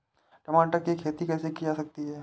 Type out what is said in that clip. टमाटर की खेती कैसे की जा सकती है?